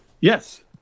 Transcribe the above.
Yes